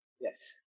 Yes